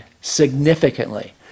significantly